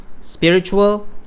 spiritual